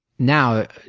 now,